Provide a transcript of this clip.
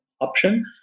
option